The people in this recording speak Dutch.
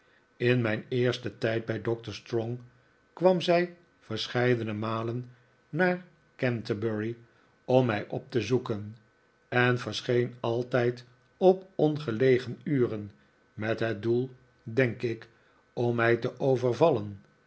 in mijn eersten tijd bij doctor strong kwam zij verscheidene malen naar canterbury om mij op te zoeken en verscheen altijd op ongelegen uren met het doel denk ik om mij te overvallen